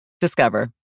Discover